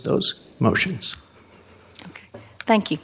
those motions thank you